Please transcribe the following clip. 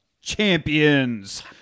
champions